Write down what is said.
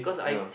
ya